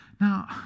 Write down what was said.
Now